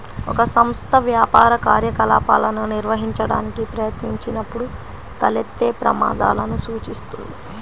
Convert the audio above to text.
ఒక సంస్థ వ్యాపార కార్యకలాపాలను నిర్వహించడానికి ప్రయత్నించినప్పుడు తలెత్తే ప్రమాదాలను సూచిస్తుంది